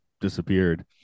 disappeared